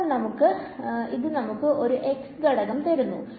അപ്പോൾ ഇത് നമുക്ക് ഒരു z ഘടകം തരുന്നു